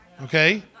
okay